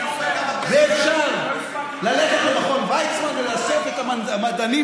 ואפשר ללכת למכון ויצמן ולאסוף את המדענים